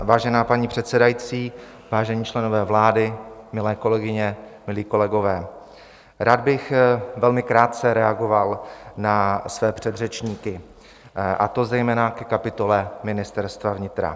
Vážená paní předsedající, vážení členové vlády, milé kolegyně, milí kolegové, rád bych velmi krátce reagoval na své předřečníky, a to zejména ke kapitoly Ministerstva vnitra.